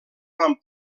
van